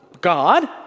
God